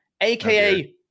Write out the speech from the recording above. aka